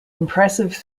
impressive